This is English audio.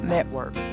Network